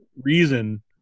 reason